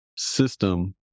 system